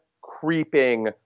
creeping